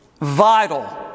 vital